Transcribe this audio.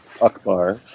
Akbar